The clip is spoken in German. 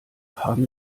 haben